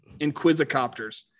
inquisicopters